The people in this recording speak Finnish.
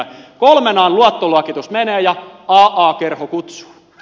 kolmen an luottoluokitus menee ja aa kerho kutsuu